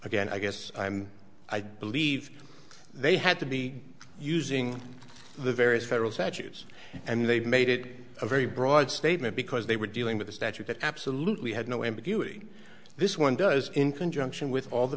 again i guess i don't believe they had to be using the various federal statues and they made it a very broad statement because they were dealing with a statute that absolutely had no ambiguity this one does in conjunction with all the